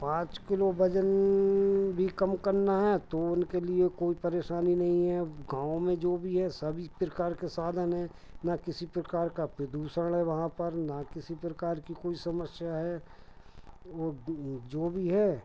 पाँच किलो वज़न भी कम करना है तो उनके लिए कोई परेशानी नहीं है अब गाँव में जो भी है सभी प्रकार के साधन हैं ना किसी प्रकार का प्रदूसण है वहाँ पर ना किसी प्रकार की कोई समस्या है वह जो भी है